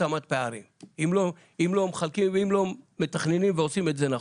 להעצמת פערים אם לא מתכננים ועושים את זה נכון.